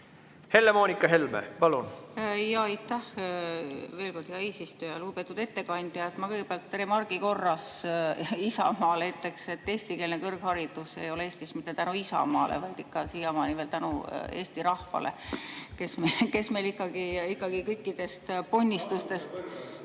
Helle-Moonika Helme, palun! Aitäh veel kord, hea eesistuja! Lugupeetud ettekandja! Ma kõigepealt remargi korras Isamaale ütleks, et eestikeelne kõrgharidus ei ole Eestis mitte tänu Isamaale, vaid siiamaani ikka veel tänu Eesti rahvale, kes meil kõikidest ponnistustest ...